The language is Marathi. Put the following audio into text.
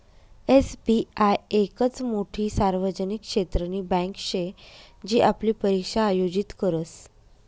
एस.बी.आय येकच मोठी सार्वजनिक क्षेत्रनी बँके शे जी आपली परीक्षा आयोजित करस